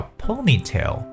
ponytail